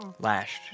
...lashed